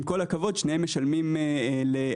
עם כל הכבוד שניהם משלמים לפדרציה,